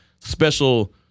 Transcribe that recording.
special